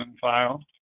file